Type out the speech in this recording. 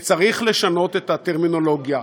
שצריך לשנות את הטרמינולוגיה.